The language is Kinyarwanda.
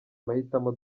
mahitamo